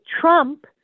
Trump